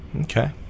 Okay